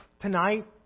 tonight